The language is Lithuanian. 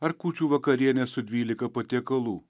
ar kūčių vakarienės su dvylika patiekalų